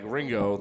Ringo